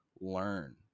learn